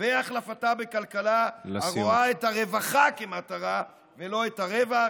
והחלפתה בכלכלה הרואה את הרווחה כמטרה ולא את הרווח,